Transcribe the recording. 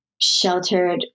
sheltered